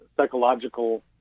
psychological